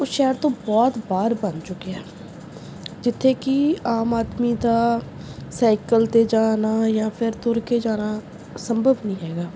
ਉਹ ਸ਼ਹਿਰ ਤੋਂ ਬਹੁਤ ਬਾਹਰ ਬਣ ਚੁੱਕਿਆ ਜਿੱਥੇ ਕਿ ਆਮ ਆਦਮੀ ਦਾ ਸਾਈਕਲ 'ਤੇ ਜਾਣਾ ਜਾਂ ਫਿਰ ਤੁਰ ਕੇ ਜਾਣਾ ਸੰਭਵ ਨਹੀਂ ਹੈਗਾ